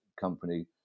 company